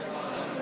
נתקבל.